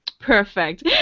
Perfect